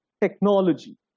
technology